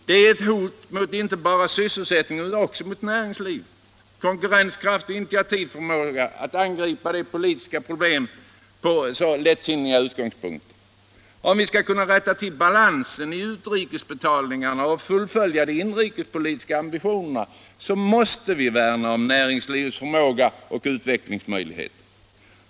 Det är ett hot inte bara mot sysselsättningen utan också mot näringslivets konkurrenskraft och initiativförmåga att angripa de politiska problemen från så lättsinninga utgångspunkter. Om vi skall kunna rätta till balansen i utrikesbetalningarna och fullfölja de inrikespolitiska ambitionerna måste vi värna om näringslivets förmåga och utvecklingsmöjligheter.